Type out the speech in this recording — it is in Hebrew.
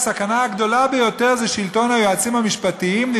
הסכנה הגדולה ביותר זה שלטון היועצים המשפטיים,